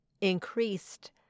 increased